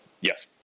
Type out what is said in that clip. yes